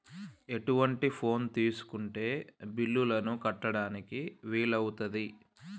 ఎటువంటి ఫోన్ తీసుకుంటే బిల్లులను కట్టడానికి వీలవుతది?